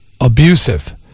abusive